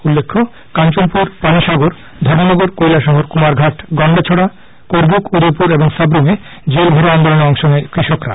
উল্লেখ্য কাঞ্চনপুর পানিসাগর ধর্মনগর কৈলাশহর কুমারঘাট গন্ডাছডা করবুক উদয়পুর এবং সাক্রমে জেল ভরো আন্দোলনে অংশ নেয় কৃষকরা